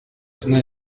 izina